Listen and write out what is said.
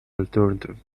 alternative